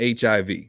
HIV